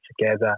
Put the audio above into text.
together